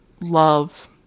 love